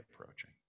approaching